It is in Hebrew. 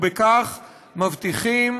ובכך מבטיחים,